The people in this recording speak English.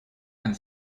and